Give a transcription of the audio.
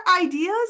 ideas